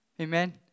Amen